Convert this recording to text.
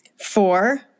Four